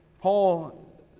Paul